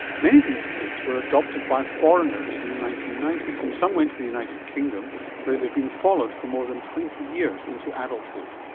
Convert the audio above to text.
many of these kids were adopted by foreigners in the nineteen ninety s and some went to the united kingdom where they have been followed for more than twenty years into adulthood.